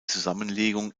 zusammenlegung